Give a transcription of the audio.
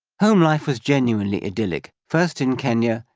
home life was genuinely idyllic, first in kenya,